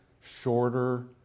Shorter